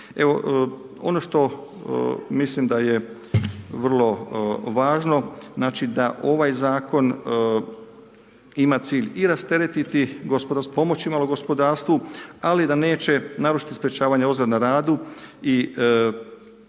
ono što mislim da je vrlo važno znači da da ovaj zakon ima cilj i rasteretiti tj. pomoći malo gospodarstvu, ali da neće narušiti sprječavanja ozljeda na radu i